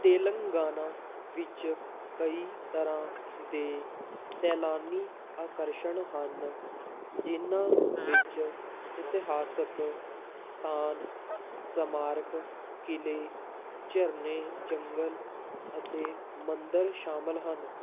ਤੇਲੰਗਾਨਾ ਵਿੱਚ ਕਈ ਤਰ੍ਹਾਂ ਦੇ ਸੈਲਾਨੀ ਆਕਰਸ਼ਨ ਹਨ ਜਿਨ੍ਹਾਂ ਵਿੱਚ ਇਤਿਹਾਸਿਕ ਸਥਾਨ ਸਮਾਰਕ ਕਿਲ੍ਹੇ ਝਰਨੇ ਜੰਗਲ ਅਤੇ ਮੰਦਰ ਸ਼ਾਮਲ ਹਨ